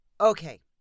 Okay